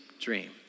dream